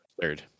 third